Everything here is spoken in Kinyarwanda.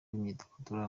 n’imyidagaduro